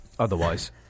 otherwise